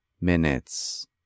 minutes